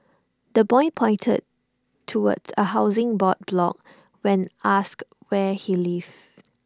the boy pointed towards A Housing Board block when asked where he lived